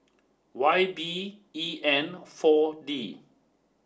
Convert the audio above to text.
Y B E N four D